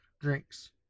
drinks